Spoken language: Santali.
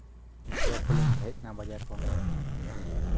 ᱵᱟᱡᱟᱨ ᱠᱷᱚᱱᱞᱤᱧ ᱦᱮᱡ ᱱᱟ ᱵᱟᱡᱟᱨ ᱠᱷᱚᱱ